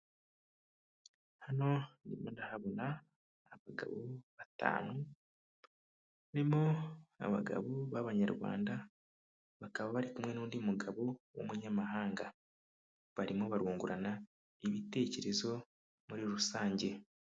Hano ndimo ndahabona abagabo batanu harimo abagabo b'abanyarwanda bakaba bari kumwe n'undi mugabo w'umunyamahanga, barimo barungurana ibitekerezo muri rusange.